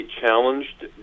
challenged